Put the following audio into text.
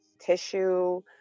tissue